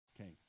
okay